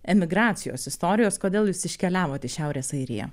emigracijos istorijos kodėl jūs iškeliavot į šiaurės airiją